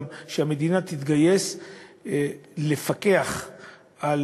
שגם המדינה תתגייס לפקח על